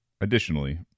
Additionally